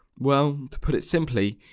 well, to put it simply.